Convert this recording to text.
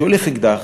שולף אקדח,